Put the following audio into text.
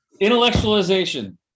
Intellectualization